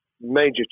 major